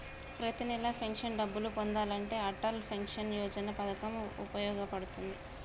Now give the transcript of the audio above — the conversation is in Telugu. ప్రతి నెలా పెన్షన్ డబ్బులు పొందాలంటే అటల్ పెన్షన్ యోజన పథకం వుపయోగ పడుతుంది